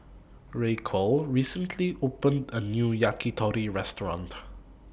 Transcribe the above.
Raquel recently opened A New Yakitori Restaurant